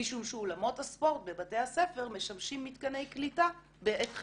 משום שאולמות הספורט בבתי הספר משמשים מתקני קליטה בעת חירום,